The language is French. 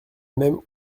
même